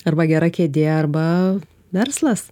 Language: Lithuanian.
arba gera kėdė arba verslas